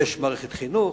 יש מערכת חינוך,